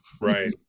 right